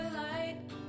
light